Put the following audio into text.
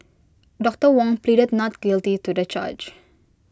doctor Wong pleaded not guilty to the charge